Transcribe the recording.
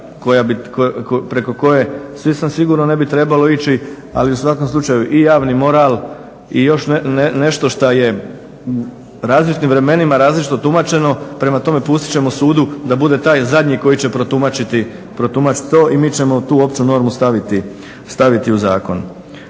preko koje svi sam sigurno ne bi trebalo ići, ali u svakom slučaju i javni moral i još nešto što je u različitim vremenima različito tumačeno. Prema tome, pustit ćemo sudu da bude taj zadnji koji će protumačiti to. I mi ćemo tu opću normu staviti u zakon.